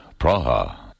Praha